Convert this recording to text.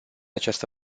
această